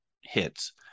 hits